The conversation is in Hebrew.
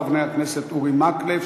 חבר הכנסת אורי מקלב,